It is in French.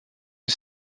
une